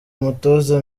umutoza